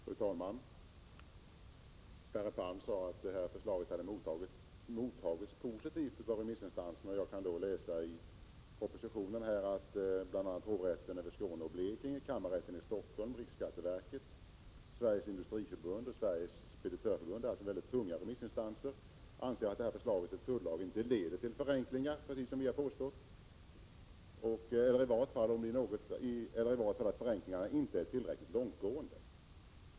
Fru talman! Sverre Palm sade att förslaget mottagits positivt av remissinstanserna. Jag kan i propositionen läsa att bl.a. hovrätten över Skåne och Blekinge, kammarrätten i Stockholm, riksskatteverket, Sveriges Industriförbund och Sveriges Speditörförbund — alltså mycket tunga remissinstanser — anser att det här förslaget till tullag inte leder till förenklingar, precis som vi har påstått, eller i varje fall att förenklingarna inte är tillräckligt långtgående.